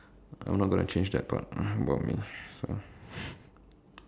I'm not going to change that part about me so